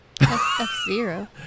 F-Zero